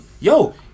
yo